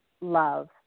love